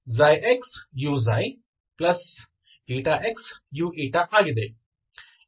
ಇದು ನಿಮ್ಮ ux ಆಗಿದೆ